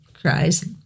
cries